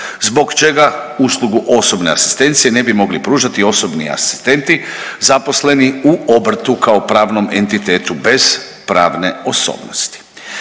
Zbog čega uslugu osobne asistencije ne bi mogli pružati osobni asistenti zaposleni u obrtu kao pravnom entitetu bez pravne osobnosti?